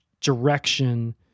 direction